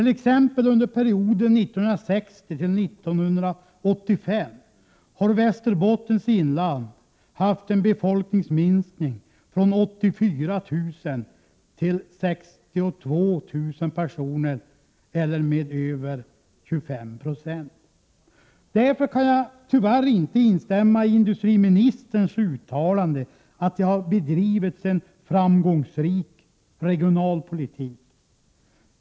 Under perioden 1960-1985 har Västerbottens inland haft en befolkningsminskning från 84 000 till 62 000 personer eller med över 25 90. Jag kan tyvärr inte instämma i industriministerns uttalande att det har bedrivits en framgångsrik regionalpolitik.